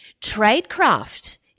tradecraft